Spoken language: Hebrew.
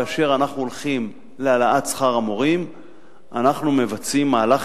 כאשר אנחנו הולכים להעלאת שכר המורים אנחנו מבצעים מהלך